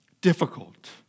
difficult